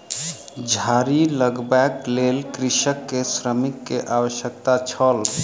झाड़ी लगबैक लेल कृषक के श्रमिक के आवश्यकता छल